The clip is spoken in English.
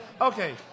Okay